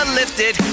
lifted